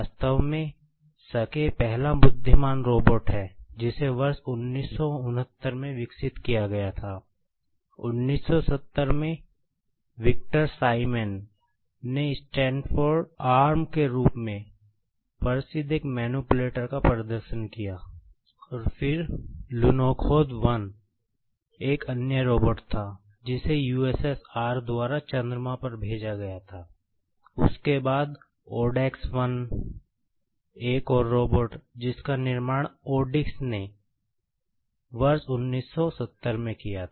वास्तव में शके ने वर्ष 1970 में किया था